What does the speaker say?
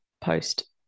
post